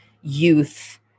youth